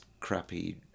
crappy